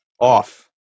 off